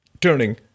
turning